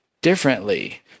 differently